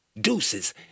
deuces